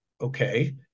okay